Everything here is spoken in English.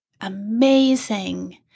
amazing